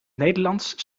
nederlands